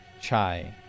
Chai